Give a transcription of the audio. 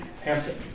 Hampton